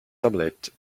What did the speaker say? tablet